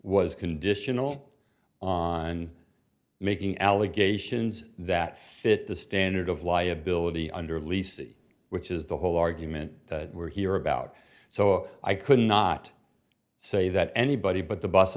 was conditional on making allegations that fit the standard of liability under lisi which is the whole argument we're here about so i could not say that anybody but the bus